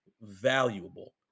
valuable